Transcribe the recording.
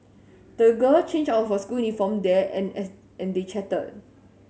the girl changed out of her school uniform there and an and they chatted